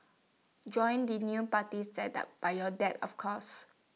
join the new party set up by your dad of course